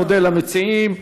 מודה למציעים,